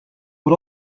but